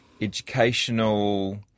educational